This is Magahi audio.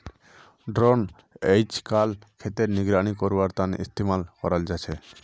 ड्रोन अइजकाल खेतेर निगरानी करवार तने इस्तेमाल कराल जाछेक